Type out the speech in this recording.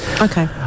okay